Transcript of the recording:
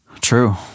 True